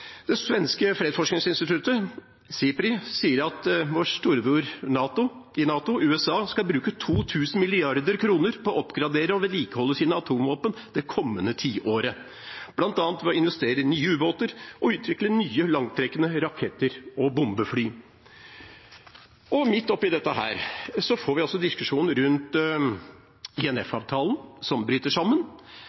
Det svenske fredsforskningsinstituttet, SIPRI, sier at vår storebror i NATO, USA, skal bruke to tusen milliarder kroner på å oppgradere og vedlikeholde sine atomvåpen det kommende tiåret, bl.a. ved å investere i nye ubåter og utvikle nye langtrekkende raketter og bombefly. Midt oppe i dette får vi diskusjonen rundt INF-avtalen, som bryter sammen.